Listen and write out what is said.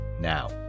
Now